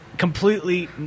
completely